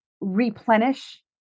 replenish